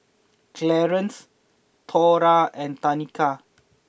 Clearence Thora and Tanika